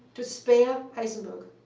to spare heisenberg.